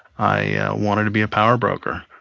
i wanted to be a power broker,